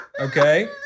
okay